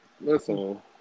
Listen